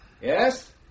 Yes